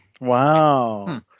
Wow